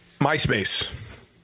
MySpace